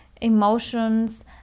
emotions